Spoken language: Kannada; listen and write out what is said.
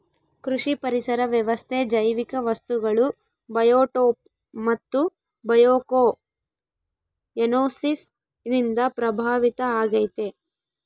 ಕೃಷಿ ಪರಿಸರ ವ್ಯವಸ್ಥೆ ಜೈವಿಕ ವಸ್ತುಗಳು ಬಯೋಟೋಪ್ ಮತ್ತು ಬಯೋಕೊಯನೋಸಿಸ್ ನಿಂದ ಪ್ರಭಾವಿತ ಆಗೈತೆ